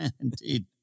Indeed